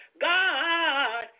God